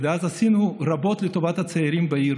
ואז עשינו רבות לטובת הצעירים בעיר.